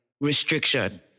restriction